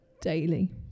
daily